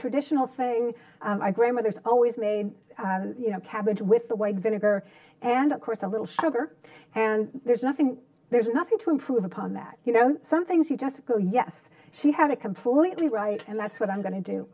traditional saying i grant mothers always made you know cabbage with the white vinegar and of course a little sugar and there's nothing there's nothing to improve upon that you know some things you just go yes she had it completely right and that's what i'm going to do